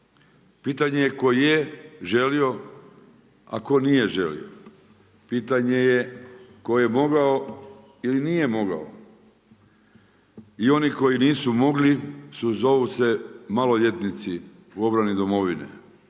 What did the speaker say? Pitanje je tko je želio a tko nije želio. Pitanje je tko je mogao ili nije mogao. I oni koji nisu mogli zovu se maloljetnici u obrani domovine.